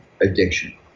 addiction